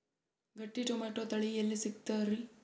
ಗಟ್ಟಿ ಟೊಮೇಟೊ ತಳಿ ಎಲ್ಲಿ ಸಿಗ್ತರಿ?